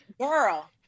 Girl